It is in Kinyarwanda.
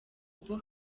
ubwo